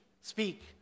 speak